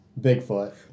Bigfoot